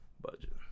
Budget